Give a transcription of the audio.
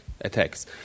attacks